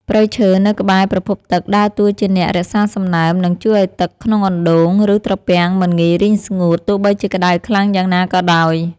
ព្រៃឈើនៅក្បែរប្រភពទឹកដើរតួជាអ្នករក្សាសំណើម និងជួយឱ្យទឹកក្នុងអណ្តូង ឬត្រពាំងមិនងាយរីងស្ងួតទោះបីជាក្តៅខ្លាំងយ៉ាងណាក៏ដោយ។